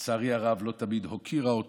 לצערי הרב לא תמיד הוקירה אותו,